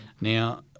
Now